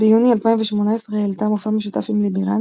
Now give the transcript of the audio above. ביוני 2018 העלתה מופע משותף עם לי בירן,